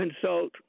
consult